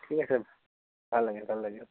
ঠিক আছে ভাল লাগিল ভাল লাগিল